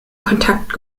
kontakt